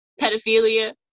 pedophilia